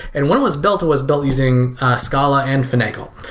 and when it was built, it was built using scala and finagle.